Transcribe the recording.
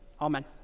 Amen